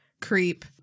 creep